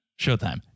Showtime